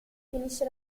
finisce